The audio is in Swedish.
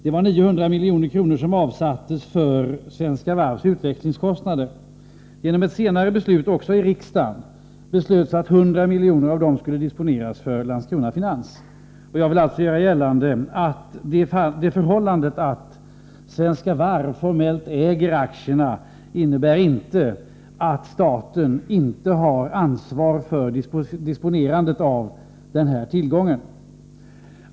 Det var 900 milj.kr. som avsattes för Svenska Varvs utvecklingskostnader. Senare beslöts, också i riksdagen, att 100 milj.kr. av dem skulle disponeras för Landskrona Finans. Jag vill göra gällande att det förhållandet att Svenska Varv formellt äger aktierna inte innebär att staten inte har ansvar för disponerandet av denna tillgång.